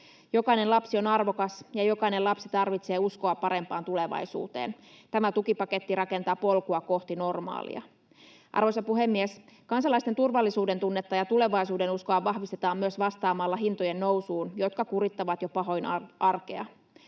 Jokainen lapsi on arvokas, ja jokainen lapsi tarvitsee uskoa parempaan tulevaisuuteen. Tämä tukipaketti rakentaa polkua kohti normaalia. Arvoisa puhemies! Kansalaisten turvallisuudentunnetta ja tulevaisuudenuskoa vahvistetaan myös vastaamalla hintojen nousuun, jotka kurittavat jo pahoin arkea.